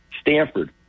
Stanford